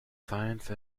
science